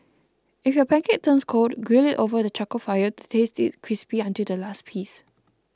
if your pancake turns cold grill it over the charcoal fire to taste it crispy until the last piece